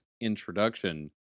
introduction